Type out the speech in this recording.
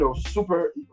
super